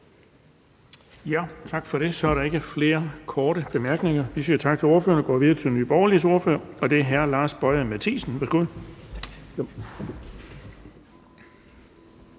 Bonnesen): Så er der ikke flere korte bemærkninger. Vi siger tak til ordføreren og går videre til Nye Borgerliges ordfører, og det er hr. Lars Boje Mathiesen.